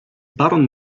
baron